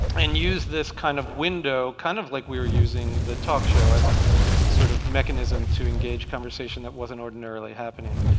and use this kind of window kind of like we were using the talk show as a sort of mechanism to engage conversation that wasn't ordinarily happening.